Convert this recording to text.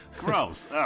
Gross